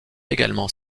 également